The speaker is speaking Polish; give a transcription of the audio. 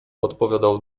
odpowiadał